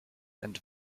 and